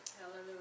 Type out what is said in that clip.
Hallelujah